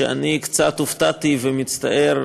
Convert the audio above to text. שאני קצת הופתעתי, ומצטער,